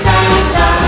Santa